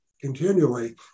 continually